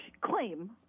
claim